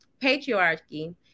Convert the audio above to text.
patriarchy